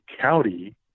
county